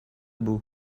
book